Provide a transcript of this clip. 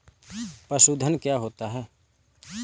पशुधन क्या होता है?